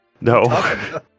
No